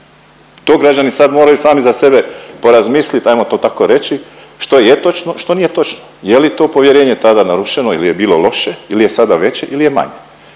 To građani sad moraju sami za sebe porazmislit, ajmo to tako reći, što je točno, što nije točno, je li to povjerenje tada narušeno ili je bilo loše, ili je sada veće ili je manje.